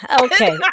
Okay